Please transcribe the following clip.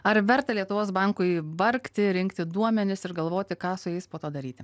ar verta lietuvos bankui vargti rinkti duomenis ir galvoti ką su jais po to daryti